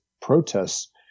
protests